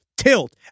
Tilt